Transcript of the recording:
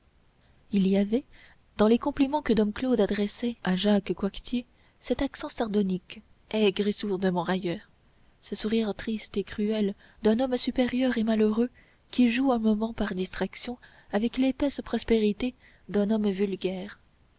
il y avait dans les compliments que dom claude adressait à jacques coictier cet accent sardonique aigre et sourdement railleur ce sourire triste et cruel d'un homme supérieur et malheureux qui joue un moment par distraction avec l'épaisse prospérité d'un homme vulgaire